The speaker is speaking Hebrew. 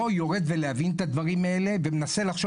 לא יורד להבין את הדברים האלה ומנסה לחשוב